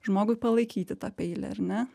žmogui palaikyti tą peilį ar ne